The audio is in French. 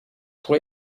pour